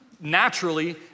naturally